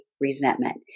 resentment